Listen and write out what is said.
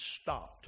stopped